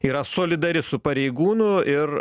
yra solidari su pareigūnu ir